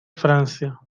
francia